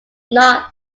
than